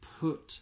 put